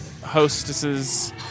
hostesses –